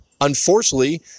unfortunately